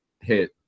hit –